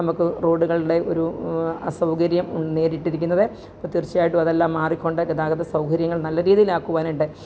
നമുക്ക് റോഡുകളുടെ ഒരു അസൗകര്യം നേരിട്ടിരിക്കുന്നത് അപ്പോൾ തീര്ച്ചയായിട്ടും അതെല്ലാം മാറിക്കൊണ്ട് ഗതാഗതസൗകര്യങ്ങള് നല്ലരീതിലാക്കുവാനായിട്ട്